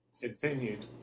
continued